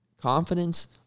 Confidence